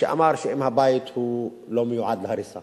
שאמר שאם הבית לא מיועד להריסה